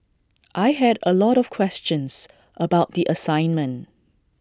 I had A lot of questions about the assignment